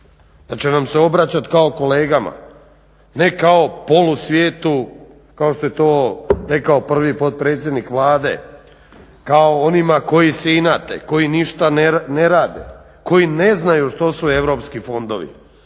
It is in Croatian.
da će nam se obraćati kao kolegama ne kao polusvijetu kao što je to rekao prvi potpredsjednik Vlade kao onima koji se inate, koji ništa ne rade, koji ne znaju što su europski fondovi,